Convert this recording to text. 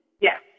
Yes